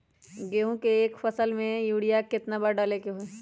गेंहू के एक फसल में यूरिया केतना बार डाले के होई?